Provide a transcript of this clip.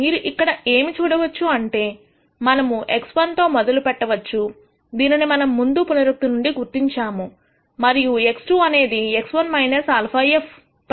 మీరు ఇక్కడ ఏమి చూడవచ్చు అంటే మనము x1 తో మొదలుపెట్టవచ్చు దీనిని మనము ముందు పునరుక్తి నుండి గుర్తించాము మరియు x2 అనేది x1 α f ప్రైమ్ x1